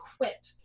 quit